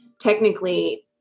technically